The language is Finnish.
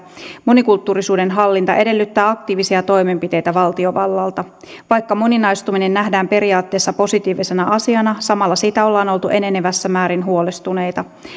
monikulttuurisuuden hallinta edellyttää aktiivisia toimenpiteitä valtiovallalta vaikka moninaistuminen nähdään periaatteessa positiivisena asiana samalla siitä ollaan oltu enenevässä määrin huolestuneita